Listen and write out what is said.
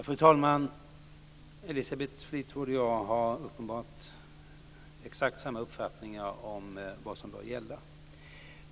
Fru talman! Elisabeth Fleetwood och jag har uppenbarligen exakt samma uppfattning om vad som bör gälla.